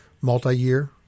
multi-year